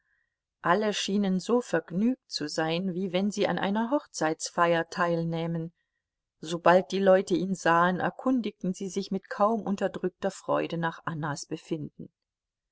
alle schienen so vergnügt zu sein wie wenn sie an einer hochzeitsfeier teilnähmen sobald die leute ihn sahen erkundigten sie sich mit kaum unterdrückter freude nach annas befinden